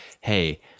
Hey